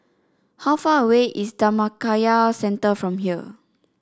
how far away is Dhammakaya Centre from here